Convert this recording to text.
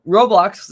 Roblox